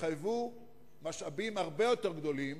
שתחייב משאבים הרבה יותר גדולים